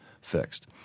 fixed